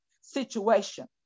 situation